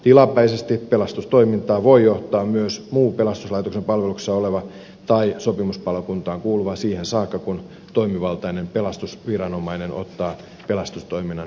tilapäisesti pelastustoimintaa voi johtaa myös muu pelastuslaitoksen palveluksessa oleva tai sopimuspalokuntaan kuuluva siihen saakka kun toimivaltainen pelastusviranomainen ottaa pelastustoiminnan johtaakseen